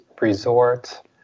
resort